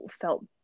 felt